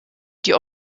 die